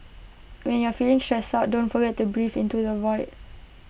when you are feeling stressed out don't forget to breathe into the void